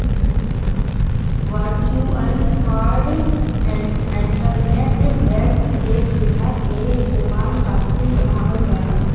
virtual card internet bank के सुविधा के इस्तेमाल खातिर बनावल जाला